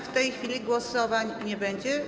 W tej chwili głosowań nie będzie.